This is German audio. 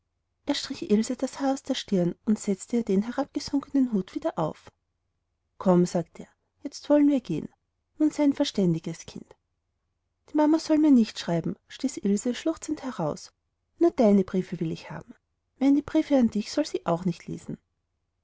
strich ilse das haar aus der stirn und setzte ihr den herabgesunkenen hut wieder auf komm sagte er jetzt wollen wir gehen nun sei ein verständiges kind die mama soll mir nicht schreiben stieß ilse schluchzend heraus nur deine briefe will ich haben meine briefe an dich soll sie auch nicht lesen